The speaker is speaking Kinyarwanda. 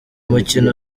mukino